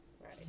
right